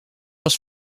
was